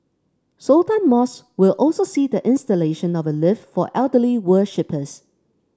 Sultan Mosque will also see the installation of a lift for elderly worshippers